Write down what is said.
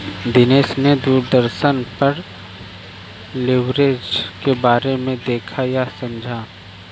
दिनेश ने दूरदर्शन पर लिवरेज के बारे में देखा वह समझा